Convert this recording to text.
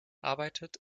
arbeitet